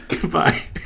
Goodbye